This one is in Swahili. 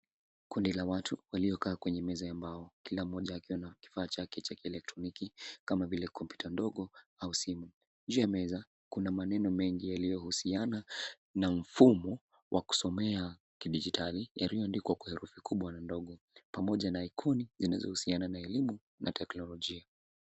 Kundi la watu waliokaa kwenye meza ya mbao kila mmoja akiwa na kifaa chake cha kielektroniki kama vile kompyuta ndogo au simu. Juu ya meza kuna maneno mengi yaliyohusiana na mfumo wa kusomea kidijitali yaliyoandikwa kwa herufi kubwa na ndogo. Pamoja na ikoni zinazohusiana na elimu na teknolojia.